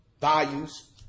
values